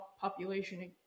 population